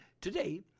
today